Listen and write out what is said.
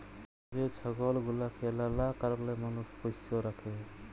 যে ছাগল গুলাকে লালা কারলে মালুষ পষ্য রাখে